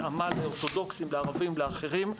עם התאמה לאורתודוכסים, לערבים, לאחרים.